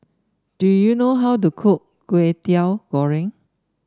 do you know how to cook Kway Teow Goreng